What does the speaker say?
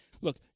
Look